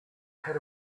had